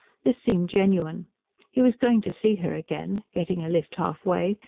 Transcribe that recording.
this seemed genuine he was going to see her again getting a lift halfway,